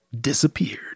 disappeared